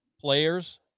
players